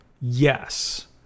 Yes